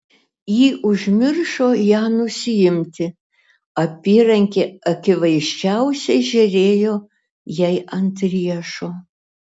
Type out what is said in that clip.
ji užmiršo ją nusiimti apyrankė akivaizdžiausiai žėrėjo jai ant riešo